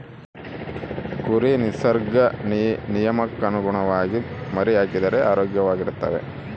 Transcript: ಕುರಿ ನಿಸರ್ಗ ನಿಯಮಕ್ಕನುಗುಣವಾಗಿ ಮರಿಹಾಕಿದರೆ ಆರೋಗ್ಯವಾಗಿರ್ತವೆ